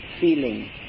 feeling